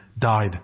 died